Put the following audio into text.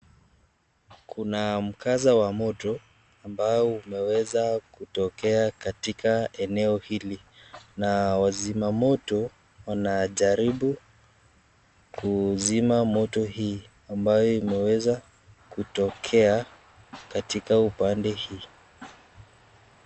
Kuna mkaza wa moto ambao umeweza kutokea katika eneo hili na wazima moto wanajaribu kuzima moto hii ambayo imeweza kotokea katika upande hii.